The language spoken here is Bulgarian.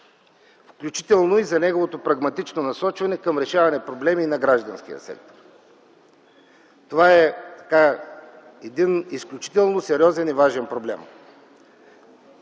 включително и за неговото прагматично насочване към решаване проблеми и на гражданския сектор. Това е един изключително сериозен и важен проблем.